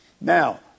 Now